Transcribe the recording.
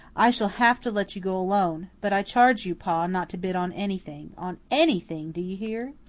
i shall have to let you go alone. but i charge you, pa, not to bid on anything on anything, do you hear?